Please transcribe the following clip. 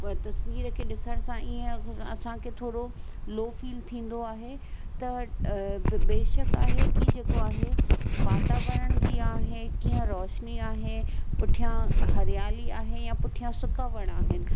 उहा तस्वीर खे ॾिसण सां ई इअं असांखे थोरो लो फ़ील थींदो आहे त बेशक आहे कि जेको आहे वातावरण बि आहे कीअं रोशनी आहे पुठियां हरियाली आहे या पुठियां सुका वण आहिनि